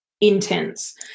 intense